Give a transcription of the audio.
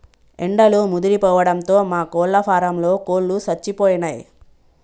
ఎండలు ముదిరిపోవడంతో మా కోళ్ళ ఫారంలో కోళ్ళు సచ్చిపోయినయ్